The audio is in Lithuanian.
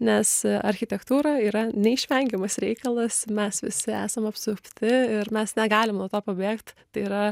nes architektūra yra neišvengiamas reikalas mes visi esam apsupti ir mes negalim nuo to pabėgt tai yra